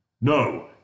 No